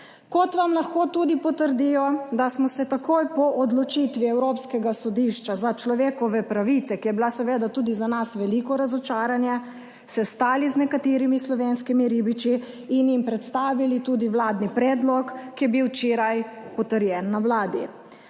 Kot vam lahko tudi potrdijo, da smo se takoj po odločitvi Evropskega sodišča za človekove pravice, ki je bila seveda tudi za nas veliko razočaranje, sestali z nekaterimi slovenskimi ribiči in jim predstavili tudi vladni predlog, ki je bil včeraj potrjen na vladi.